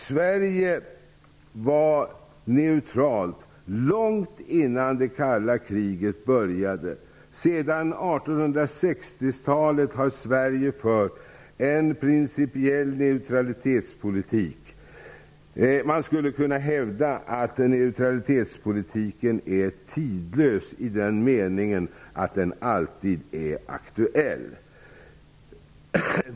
Sverige var neutralt långt innan det kalla kriget började. Sedan 1860 talet har Sverige fört en principiell neutralitetspolitik. Man skulle kunna hävda att neutralitetspolitiken är tidlös i den meningen att den alltid är aktuell.